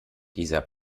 dieser